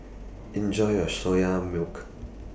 Enjoy your Soya Milk